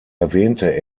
erwähnte